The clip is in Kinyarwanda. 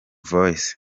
voice